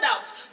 out